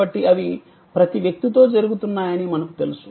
కాబట్టి అవి ప్రతి వ్యక్తితో జరుగుతున్నాయని మనకు తెలుసు